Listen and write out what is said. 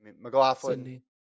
McLaughlin